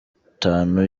itanu